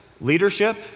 Leadership